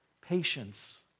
patience